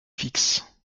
fixes